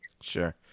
Sure